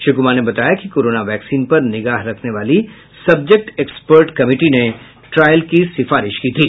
श्री कुमार ने बताया कि कोरोना वैक्सीन पर निगाह रखने वाली सब्जेक्ट एक्सपर्ट कमिटी ने ट्रायल की सिफारिश की थी